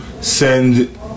send